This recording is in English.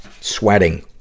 sweating